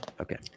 okay